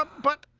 ah but.